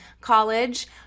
College